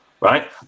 right